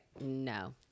no